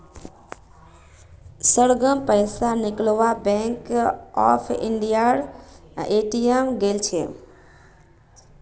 सरगम पैसा निकलवा बैंक ऑफ इंडियार ए.टी.एम गेल छ